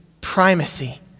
primacy